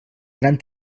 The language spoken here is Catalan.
gran